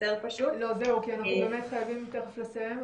אנחנו חייבים תיכף לסיים,